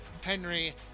Henry